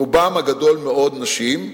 ברובם הגדול מאוד נשים.